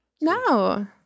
No